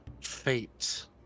fate